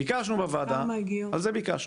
ביקשנו בוועדה, את זה ביקשנו.